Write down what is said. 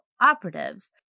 operatives